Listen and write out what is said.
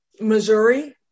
Missouri